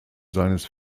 seines